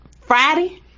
Friday